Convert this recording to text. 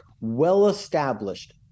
well-established